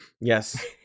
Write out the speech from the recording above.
Yes